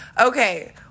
okay